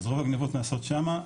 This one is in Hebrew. אז רוב הגניבות נעשות שמה,